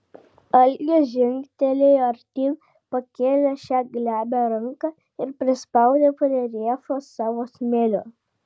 algis žingtelėjo artyn pakėlė šią glebią ranką ir prispaudė prie riešo savo smilių